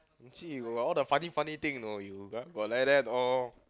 you see you got all the funny funny thing you know you ah got like that all